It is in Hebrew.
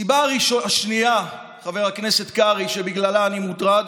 הסיבה השנייה שבגללה אני מוטרד,